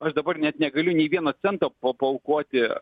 aš dabar net negaliu nei vieno cento pa paaukoti